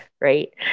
right